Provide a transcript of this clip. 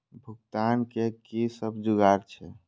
भुगतान के कि सब जुगार छे?